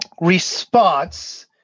response